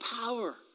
power